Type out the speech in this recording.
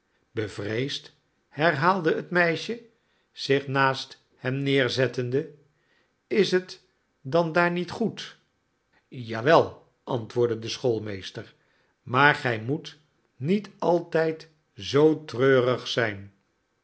bevreesd herhaalde het meisje zich naast hem neerzettende is het dan daar niet goed ja wel antwoordde de schoolmeester maar gij moet niet altijd zoo treurig zijn